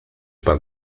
pan